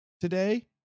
today